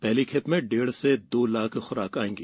पहली खेप में डेढ़ से दो लाख खुराक आएगी